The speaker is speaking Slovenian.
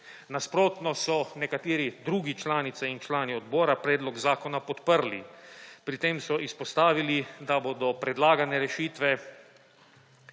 Nasprotno so nekateri drugi članice in člani odbora predlog zakona podprli. Pri tem so izpostavili, da bodo predlagane rešitve